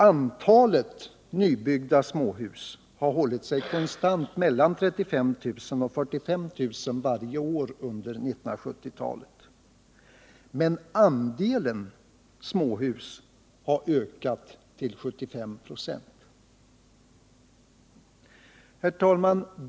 Antalet nybyggda småhus har hållit sig konstant mellan 35 000 och 45 000 varje år under 1970-talet, men andelen småhus har ökat till 15 96. Herr talman!